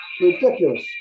Ridiculous